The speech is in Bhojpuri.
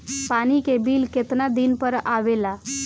पानी के बिल केतना दिन पर आबे ला?